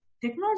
technology